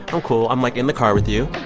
i'm cool. i'm, like, in the car with you